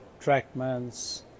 trackmans